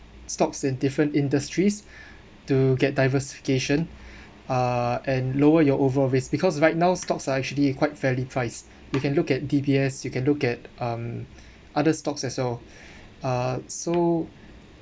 stocks in different industries to get diversification uh and lower your overall risk because right now stocks are actually quite fairly priced you can look at D_B_S you can look at um other stocks as well uh so